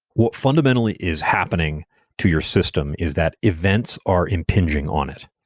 what fundamentally is happening to your system is that events are impinging on it.